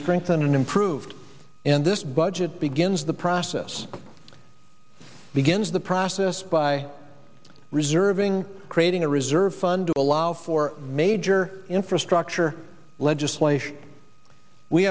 strengthened and improved and this budget begins the process begins the process by reserving creating a reserve fund to allow for major infrastructure legislation we